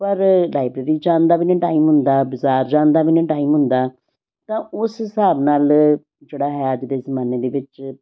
ਪਰ ਲਾਈਬ੍ਰੇਰੀ ਜਾਣ ਦਾ ਵੀ ਨਹੀਂ ਟਾਈਮ ਹੁੰਦਾ ਬਾਜ਼ਾਰ ਜਾਂਦਾ ਵੀ ਨਹੀਂ ਟਾਈਮ ਹੁੰਦਾ ਤਾਂ ਉਸ ਹਿਸਾਬ ਨਾਲ ਜਿਹੜਾ ਹੈ ਅੱਜ ਦੇ ਜਮਾਨੇ ਦੇ ਵਿੱਚ